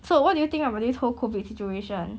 so what do you think about this whole COVID situation